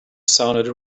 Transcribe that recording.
sounded